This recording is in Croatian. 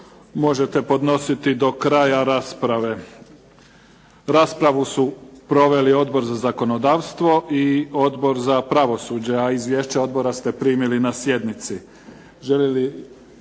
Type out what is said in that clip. možete podnositi do kraja rasprave. Raspravu su proveli Odbor za zakonodavstvo i Odbor za pravosuđe, a izvješće odbora ste primili na sjednici.